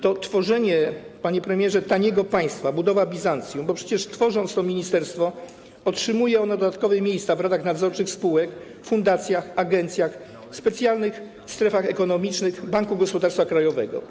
To tworzenie, panie premierze, taniego państwa, budowa Bizancjum, bo przecież tworzone ministerstwo otrzymuje dodatkowe miejsca w radach nadzorczych spółek, w fundacjach, agencjach, specjalnych strefach ekonomicznych, Banku Gospodarstwa Krajowego.